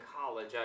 college